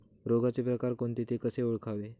रोगाचे प्रकार कोणते? ते कसे ओळखावे?